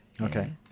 Okay